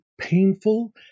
painful